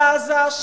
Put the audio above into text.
כל עזה,